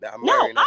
No